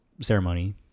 ceremony